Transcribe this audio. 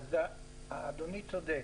אז אדוני צודק.